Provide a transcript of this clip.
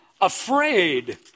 afraid